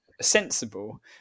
sensible